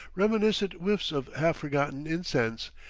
reminiscent whiffs of half-forgotten incense,